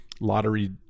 lottery